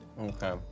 Okay